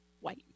white